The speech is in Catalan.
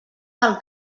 del